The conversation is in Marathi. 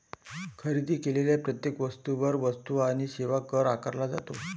खरेदी केलेल्या प्रत्येक वस्तूवर वस्तू आणि सेवा कर आकारला जातो